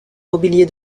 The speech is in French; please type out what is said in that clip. mobilier